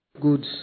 goods